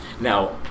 Now